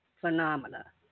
phenomena